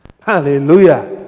Hallelujah